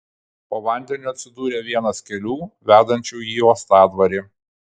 po vandeniu atsidūrė vienas kelių vedančių į uostadvarį